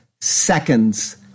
seconds